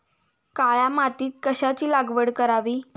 काळ्या मातीत कशाची लागवड करावी?